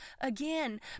again